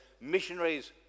missionaries